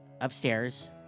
upstairs